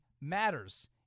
matters